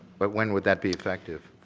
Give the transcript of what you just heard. but when would that be effective,